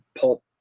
pulp